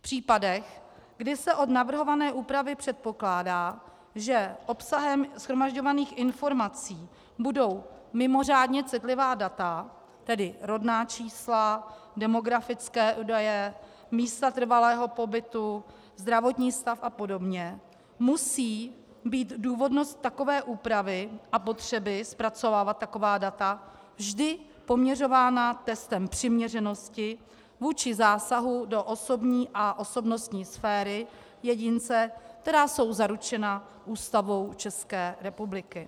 V případech, kdy se od navrhované úpravy předpokládá, že obsahem shromažďovaných informací budou mimořádně citlivá data, tedy rodná čísla, demografické údaje, místa trvalého pobytu, zdravotní stav apod., musí být důvodnost takové úpravy a potřeby zpracovávat taková data vždy poměřována testem přiměřenosti vůči zásahu do osobní a osobnostní sféry jedince, která jsou zaručena Ústavou České republiky.